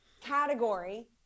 category